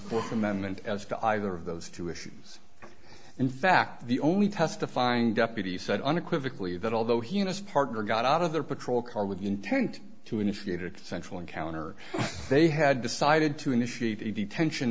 fourth amendment as to either of those two issues in fact the only testifying deputy said unequivocally that although he and his partner got out of their patrol car with the intent to initiate a central encounter they had decided to initiate a detention